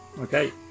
Okay